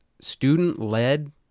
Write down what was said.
student-led